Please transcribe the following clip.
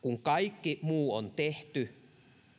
kun kaikki muu on tehty